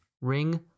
ring